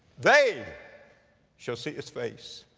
they shall see his face.